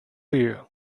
you